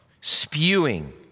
spewing